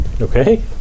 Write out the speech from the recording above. Okay